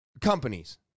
companies